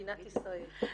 למדינת ישראל.